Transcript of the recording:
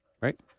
right